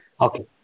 Okay